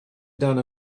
done